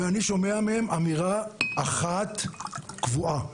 ואני שומע מהם אמירה אחת קבועה: